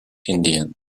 indien